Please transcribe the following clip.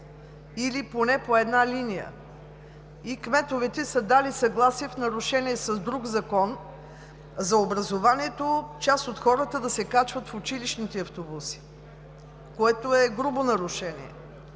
или поне по една линия. Кметовете са дали съгласие в нарушение на друг закон – за образованието, част от хората да се качват в училищните автобуси, за да могат да